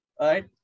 Right